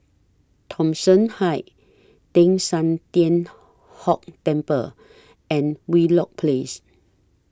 Thomson Heights Teng San Tian Hock Temple and Wheelock Place